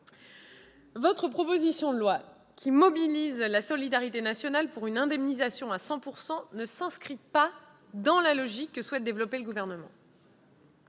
Votre proposition de loi, qui mobilise la solidarité nationale pour une indemnisation à 100 % ne s'inscrit pas dans la logique que souhaite développer le Gouvernement.